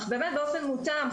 אך באופן מותאם.